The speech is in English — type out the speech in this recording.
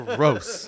Gross